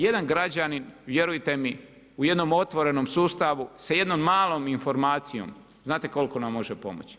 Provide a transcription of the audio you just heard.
Jedan građanin, vjerujte mi, u jednom otvorenom sustavom, sa jednom malom informacijom, znate koliko nam može pomoći?